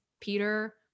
Peter